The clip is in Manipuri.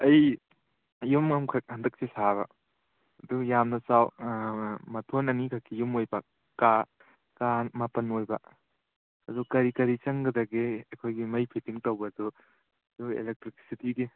ꯑꯩ ꯌꯨꯝ ꯑꯝꯈꯛ ꯍꯟꯗꯛꯁꯦ ꯁꯥꯕ ꯑꯗꯨ ꯌꯥꯝꯅ ꯃꯊꯣꯟ ꯑꯅꯤꯈꯛꯀꯤ ꯌꯨꯝ ꯑꯣꯏꯕ ꯀꯥ ꯀꯥ ꯃꯥꯄꯟ ꯑꯣꯏꯕ ꯑꯗꯨ ꯀꯔꯤ ꯀꯔꯤ ꯆꯪꯒꯗꯒꯦ ꯑꯩꯈꯣꯏꯒꯤ ꯃꯩ ꯐꯤꯠꯇꯤꯡ ꯇꯧꯕ ꯑꯗꯨ ꯑꯗꯨ ꯑꯦꯂꯦꯛꯇ꯭ꯔꯤꯛꯁꯤꯇꯤꯒꯤ